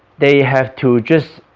they have to just